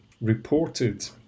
reported